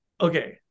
okay